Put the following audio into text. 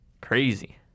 Crazy